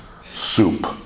soup